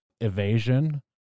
evasion